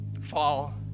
fall